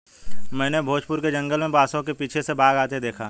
मैंने भोजपुर के जंगल में बांसों के पीछे से बाघ आते देखा